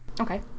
okay